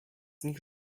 nich